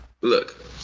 look